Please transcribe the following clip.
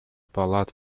палат